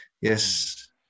Yes